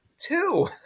two